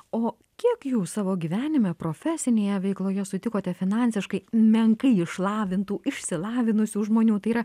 o kiek jūs savo gyvenime profesinėje veikloje sutikote finansiškai menkai išlavintų išsilavinusių žmonių tai yra